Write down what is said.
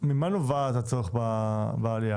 ממה נובע הצורך בעליית